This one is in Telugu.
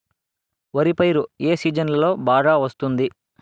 వరి పైరు ఏ సీజన్లలో బాగా వస్తుంది